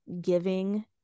giving